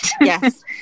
yes